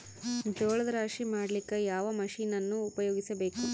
ಜೋಳದ ರಾಶಿ ಮಾಡ್ಲಿಕ್ಕ ಯಾವ ಮಷೀನನ್ನು ಉಪಯೋಗಿಸಬೇಕು?